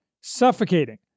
suffocating